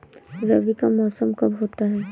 रबी का मौसम कब होता हैं?